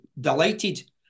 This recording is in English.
delighted